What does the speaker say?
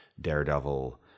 daredevil